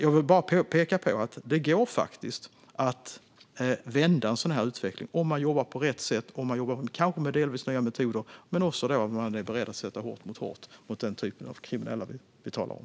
Jag ville bara peka på att det faktiskt går att vända en sådan här utveckling om man jobbar på rätt sätt, kanske med delvis nya metoder, men också om man är beredd att sätta hårt mot hårt mot den typ av kriminella vi talar om.